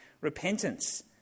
repentance